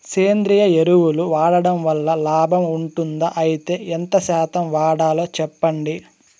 సేంద్రియ ఎరువులు వాడడం వల్ల లాభం ఉంటుందా? అయితే ఎంత శాతం వాడాలో చెప్పండి?